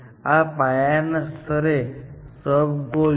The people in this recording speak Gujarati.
આ પાયાના સ્તરે સબગોલ છે